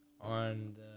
on